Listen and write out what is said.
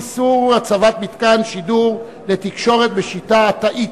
איסור הצבת מתקן שידור לתקשורת בשיטה התאית).